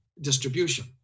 distribution